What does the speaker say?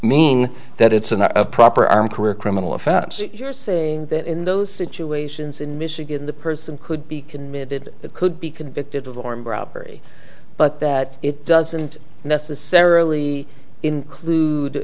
mean that it's a not a proper army career criminal offense you're saying that in those situations in michigan the person could be committed could be convicted of armed robbery but that it doesn't necessarily include